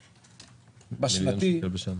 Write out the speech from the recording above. שנתית,